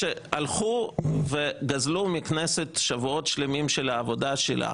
הלכו וגזלו מהכנסת שבועות שלמים של העבודה שלה.